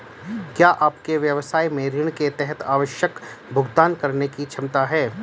क्या आपके व्यवसाय में ऋण के तहत आवश्यक भुगतान करने की क्षमता है?